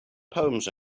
poems